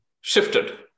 shifted